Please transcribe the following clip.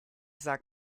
sag